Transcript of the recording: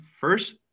first